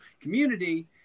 community